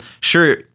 sure